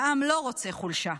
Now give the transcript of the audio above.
העם לא רוצה חולשה,